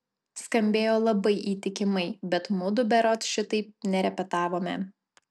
skambėjo labai įtikimai bet mudu berods šitaip nerepetavome